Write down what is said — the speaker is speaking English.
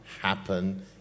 happen